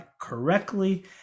correctly